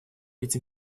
этим